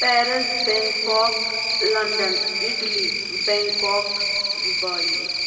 Paris Bangkok London Italy Bangkok Bali